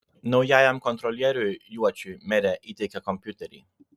naujajam kontrolieriui juočiui merė įteikė kompiuterį